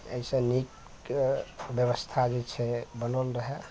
अइसँ नीक तऽ व्यवस्था जे छै बनल रहय